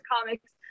comics